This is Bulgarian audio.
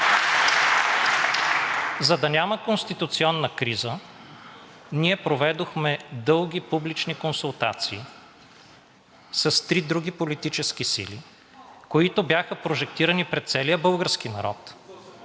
За да няма конституционна криза, ние проведохме дълги публични консултации с три други политически сили, които бяха прожектирани пред целия български народ,